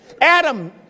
Adam